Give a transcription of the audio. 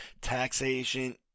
taxation